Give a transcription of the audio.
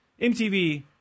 MTV